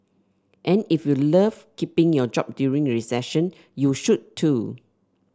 and if you love keeping your job during recession you should too